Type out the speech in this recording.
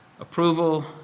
Approval